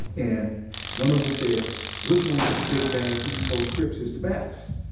and one of them says which one of these big bad east coast crips is the baddest?